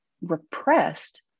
repressed